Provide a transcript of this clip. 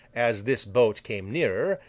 as this boat came nearer,